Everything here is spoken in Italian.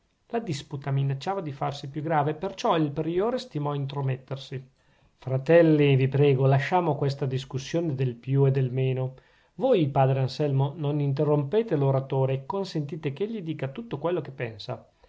la disputa minacciava di farsi più grave perciò il priore stimò intromettersi fratelli vi prego lasciamo questa discussione del più e del meno voi padre anselmo non interrompete l'oratore e consentite ch'egli dica tutto quello che pensa